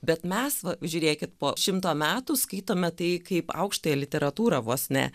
bet mes va žiūrėkit po šimto metų skaitome tai kaip aukštąją literatūrą vos ne